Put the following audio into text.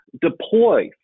Deploy